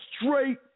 straight